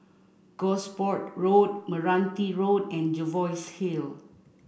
Gosport Road Meranti Road and Jervois Hill